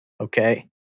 Okay